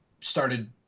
started